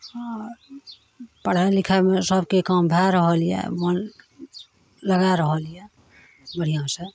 पढ़ाइ लिखाइमे सभके काम भए रहल यऽ मोन लगै रहल यऽ बढ़िआँसे